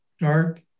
dark